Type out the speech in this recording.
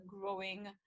growing